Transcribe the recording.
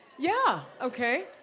yeah, okay.